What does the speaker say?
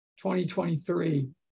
2023